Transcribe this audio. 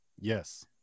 Yes